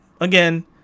Again